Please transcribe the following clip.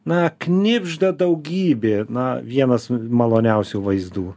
na knibžda daugybė na vienas maloniausių vaizdų